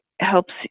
helps